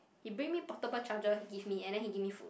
he bring me portable charger he give me and then he give me food